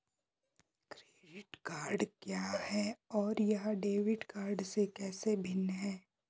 Credit card क्या है और यह डेबिट कार्ड से कैसे भिन्न है?